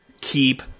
keep